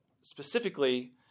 specifically